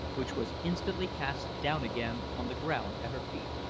which was instantly cast down again on the ground at her feet.